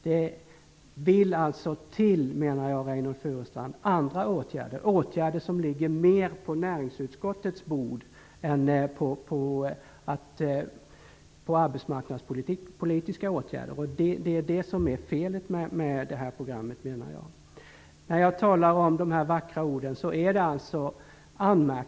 Det vill alltså till andra åtgärder, Reynoldh Furustrand - i högre grad åtgärder som ligger på näringsutskottets bord än arbetsmarknadspolitiska åtgärder. Det är det som är felet med detta program, menar jag. Jag har talat om de vackra orden.